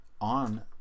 On